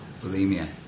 bulimia